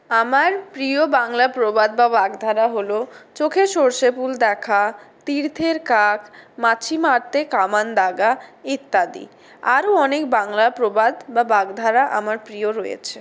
আমার প্রিয় বাংলা প্রবাদ বা বাগধারা হল চোখের সর্ষেফুল দেখা তীর্থের কাক মাছি মারতে কামান দাগা ইত্যাদি আরও অনেক বাংলা প্রবাদ বা বাগধারা আমার প্রিয় রয়েছে